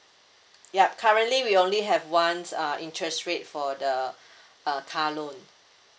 yup currently we only have once ( uh interest rate for the uh car loan